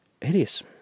hideous